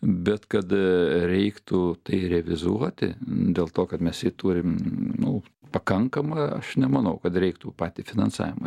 bet kad reiktų tai revizuoti dėl to kad mes jį turim nu pakankamą aš nemanau kad reiktų patį finansavimą